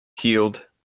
healed